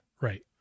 Right